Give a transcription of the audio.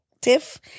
tiff